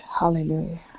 hallelujah